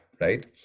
right